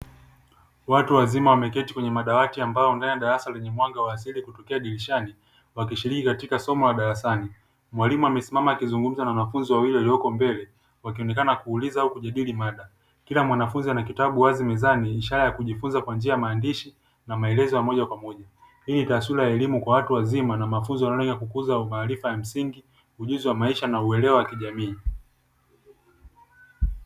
Watu wazima wameketi kwenye madawatiya mbao ndani ya darasa lenye mwanga wa asili kutokea dirishani wakishiriki katika somo la darasani, mwalimu amesimama na akizungumza na wanafunzi wawili walioko mbele wakionekana kuuliza au kujadili mada, kila mwanafunzi ana kitabu wazi mezani, ishara ya kujifunza kwa njia ya maandishi na maelezo ya moja kwa moja, hii ni taswira ya elimu kwa watu wazima na mafunzo ya kukuza maarifa maarifa ya msingi, ujuzi wa maisha na maendeleo ya kijamii.